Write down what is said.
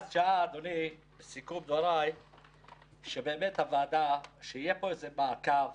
לסיכום דבריי, אדוני, הגיעה השעה שיהיה פה מעקב